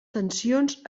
tensions